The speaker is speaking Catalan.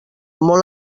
molt